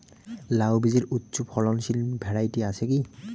লাউ বীজের উচ্চ ফলনশীল ভ্যারাইটি আছে কী?